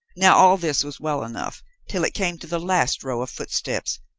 now all this was well enough till it came to the last row of footsteps,